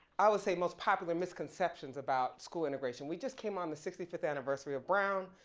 i would say most popular misconceptions about school integration. we just came on the sixty fifth anniversary of brown.